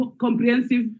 comprehensive